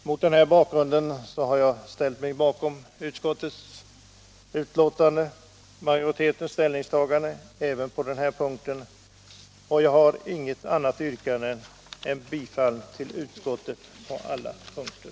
Mot denna bakgrund har jag ställt mig bakom majoritetens ställningstagande i utskottsbetänkandet, även på den här punkten. Jag har inget annat yrkande än om bifall till utskottets hemställan på alla punkter.